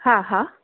हा हा